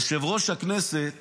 יושב-ראש הכנסת